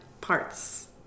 parts